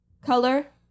Color